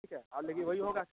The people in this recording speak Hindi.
ठीक है ओलिव भी वही होगा